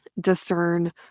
discern